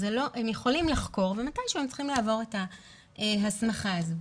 הם יכולים לחקור ומתישהו הם צריכים לעבור את ההסכמה הזאת.